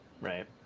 Right